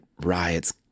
Riot's